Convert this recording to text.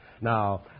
Now